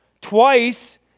Twice